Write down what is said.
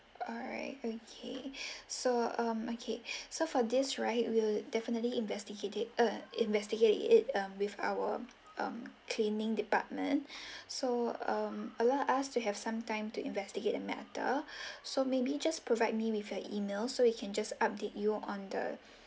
alright okay so um okay so for this right we'll definitely investigate it uh investigate it with our um cleaning department so um allow us to have some time to investigate the matter so maybe just provide me with your email so we can just update you on the